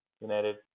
United